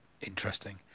interesting